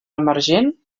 emergent